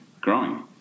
growing